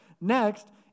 Next